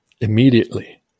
Immediately